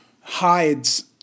hides